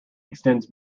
extends